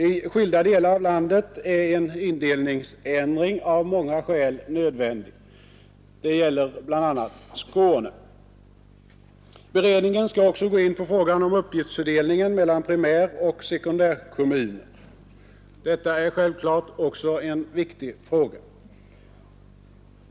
I skilda delar av landet är en indelningsändring av många skäl nödvändig. Det gäller bl.a. Skåne. Beredningen skall också gå in på frågan om uppgiftsfördelningen mellan primäroch sekundärkommuner. Detta är självklart också en viktig fråga.